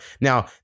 Now